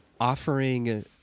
offering